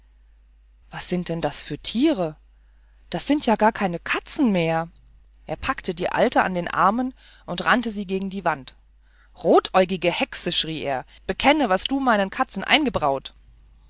was sind denn das für tiere das sind ja gar keine katzen mehr er packte die alte an den armen und rannte sie gegen die wand rotäugige hexe schrie er bekenne was hast du meinen katzen eingebraut